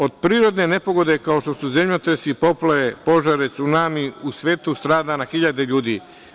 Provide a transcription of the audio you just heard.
Od prirodne nepogode kao što su zemljotresi, poplave, požari, cunami, u svetu strada na hiljade ljudi.